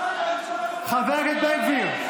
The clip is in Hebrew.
חבר הכנסת בן גביר.